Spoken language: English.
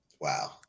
Wow